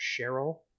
Cheryl